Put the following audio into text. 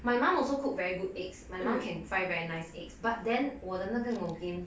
my mum also cook very good eggs my mum can fry very nice eggs but then 我的那个 ngo kim